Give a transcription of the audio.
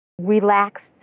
relaxed